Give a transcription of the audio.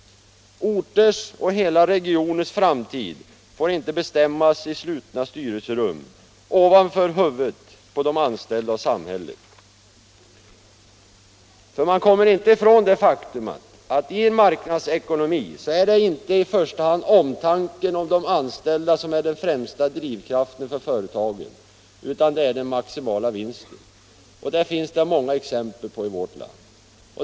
Orters och hela regioners framtid får inte bestämmas i slutna styrelserum ovanför huvudet på de anställda och samhället. Man kommer nämligen inte ifrån att i en marknadsekonomi är det inte omtanken om de anställda som är den främsta drivkraften för företagen, utan det är den maximala vinsten. Detta finns det många exempel på i vårt land.